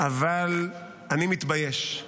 אבל אני מתבייש.